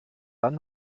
dann